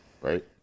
right